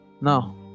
Now